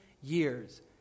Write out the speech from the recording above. years